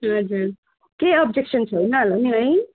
हजुर केही अब्जेक्सन छैन होला नि है